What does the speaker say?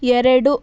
ಎರಡು